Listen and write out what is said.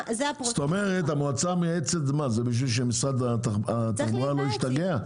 המועצה המייעצת זה כדי שמשרד התחבורה לא ישתגע?